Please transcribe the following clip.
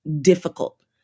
difficult